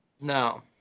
No